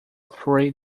three